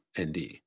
ND